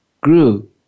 grew